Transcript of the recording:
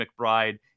McBride